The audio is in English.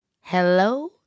hello